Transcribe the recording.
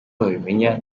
babimenya